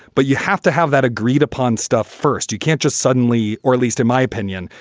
but you have to have that agreed upon stuff first. you can't just suddenly or least in my opinion,